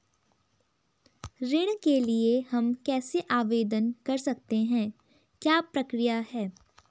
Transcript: ऋण के लिए हम कैसे आवेदन कर सकते हैं क्या प्रक्रिया है?